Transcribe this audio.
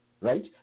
right